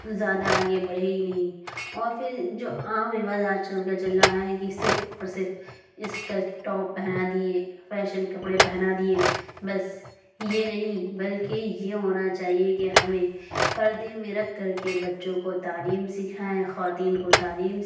زیادہ آگے بڑھے ہی نہیں اور پھر جو عام رواج آج کل کا چل رہا ہے کہ صرف اور صرف اسکرٹ ٹاپ پہنا دیے فیشن کپڑے پہنا دیے بس یہ نہیں بلکہ یہ ہونا چاہیے کہ ہمیں پردہ میں رکھ کر کے بچوں کو تعلیم سکھائیں خواتین کو تعلیم سکھائیں